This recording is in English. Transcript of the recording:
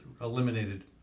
eliminated